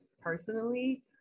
personally